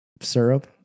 syrup